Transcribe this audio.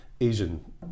Asian